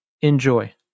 Enjoy